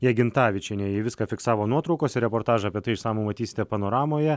jagintavičienė ji viską fiksavo nuotraukose reportažą apie tai išsamų matysite panoramoje